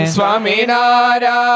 Swaminara